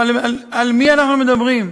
אבל על מי אנחנו מדברים?